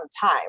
time